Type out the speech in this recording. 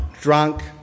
drunk